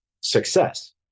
success